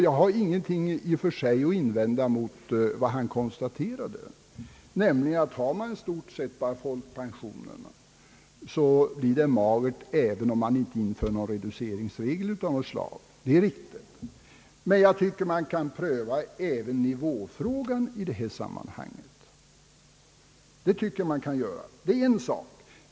Jag har i och för sig ingenting att invända mot vad han konstaterade, nämligen att om en person i stort sett har bara folkpensionen att leva på så blir det magert, även om vi inte inför några reduceringsregler. Man bör även pröva nivåfrågan i detta sammanhang. Det är en sak.